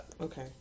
Okay